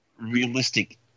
realistic